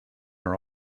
are